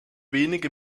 wenige